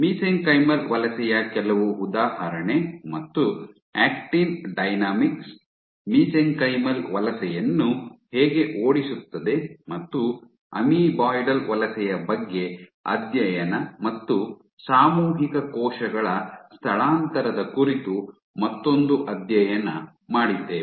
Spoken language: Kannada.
ಮಿಸೆಂಕೈಮಲ್ ವಲಸೆಯ ಕೆಲವು ಉದಾಹರಣೆ ಮತ್ತು ಆಕ್ಟಿನ್ ಡೈನಾಮಿಕ್ಸ್ ಮಿಸೆಂಕೈಮಲ್ ವಲಸೆಯನ್ನು ಹೇಗೆ ಓಡಿಸುತ್ತದೆ ಮತ್ತು ಅಮೀಬಾಯ್ಡಲ್ ವಲಸೆಯ ಬಗ್ಗೆ ಅಧ್ಯಯನ ಮತ್ತು ಸಾಮೂಹಿಕ ಕೋಶಗಳ ಸ್ಥಳಾಂತರದ ಕುರಿತು ಮತ್ತೊಂದು ಅಧ್ಯಯನ ಮಾಡಿದ್ದೇವೆ